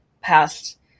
past